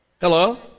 Hello